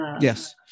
yes